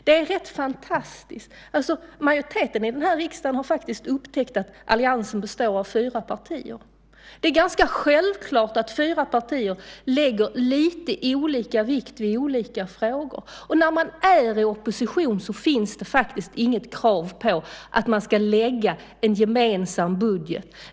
Det är rätt fantastiskt: Majoriteten i denna riksdag har faktiskt upptäckt att alliansen består av fyra partier. Det är ganska självklart att fyra partier lägger lite olika vikt vid olika frågor. När man är i opposition finns det faktiskt heller inget krav på att man ska lägga fram en gemensam budget.